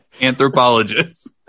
anthropologist